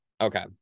Okay